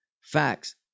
Facts